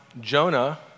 Jonah